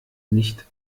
nicht